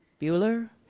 Bueller